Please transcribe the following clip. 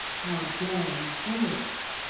how dare you follow us?